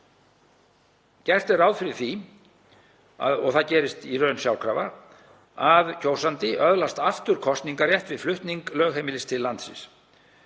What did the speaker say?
Gert er ráð fyrir því, og það gerist í raun sjálfkrafa, að kjósandi öðlist aftur kosningarrétt við flutning lögheimilis til landsins.